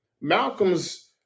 Malcolm's